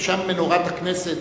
שם מנורת הכנסת